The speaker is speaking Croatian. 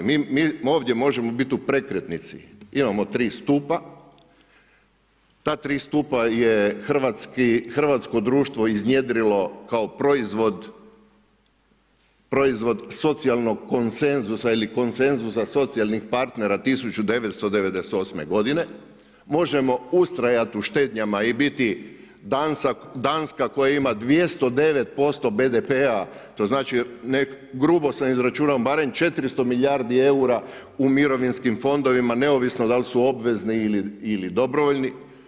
Mi ovdje možemo biti u prekretnici, imamo 3 stupa, ta 3 stupa je hrvatsko društvo iznjedrilo kao proizvod socijalnog koncensusa ili koncensusa socijalnih partnera 1998. godine, možemo ustrajat u štednjama i biti Danska koja ima 209% BDP-a, to znači, grubo sam izračunao, barem 400 milijardi eura u mirovinskim fondovima, neovisno dal su obvezni ili dobrovoljni.